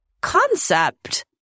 concept